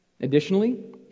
Additionally